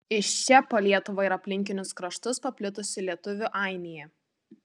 iš čia po lietuvą ir aplinkinius kraštus paplitusi lietuvių ainija